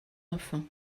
enfants